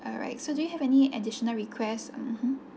alright so do you have any additional requests mmhmm